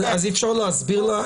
אז אי אפשר להסביר לה?